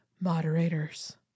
moderators